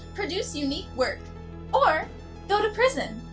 produce unique work or go to prison.